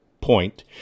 point